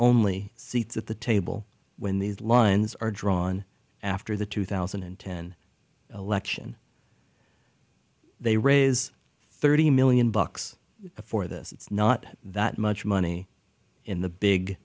only seats at the table when these lines are drawn after the two thousand and ten election they raise thirty million bucks for this it's not that much money in the big